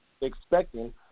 expecting